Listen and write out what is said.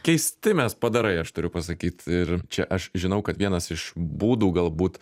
keisti mes padarai aš turiu pasakyt ir čia aš žinau kad vienas iš būdų galbūt